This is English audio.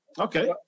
Okay